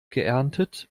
geerntet